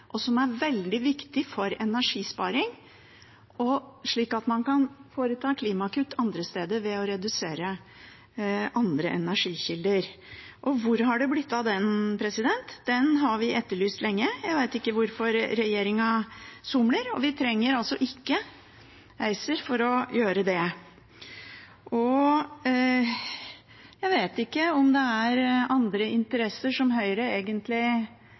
er veldig viktig for energisparing, slik at man kan foreta klimagasskutt andre steder ved å redusere bruk av andre energikilder. Hvor har det blitt av det? Det har vi etterlyst lenge. Jeg vet ikke hvorfor regjeringen somler, men vi trenger altså ikke ACER for å gjøre det. Jeg vet ikke om det er andre interesser som Høyre egentlig